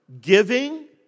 giving